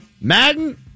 Madden